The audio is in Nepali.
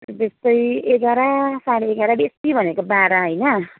त्यस्तै एघार साढे एघार बेसी भनेको बाह्र होइन